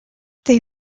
they